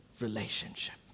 relationship